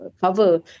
cover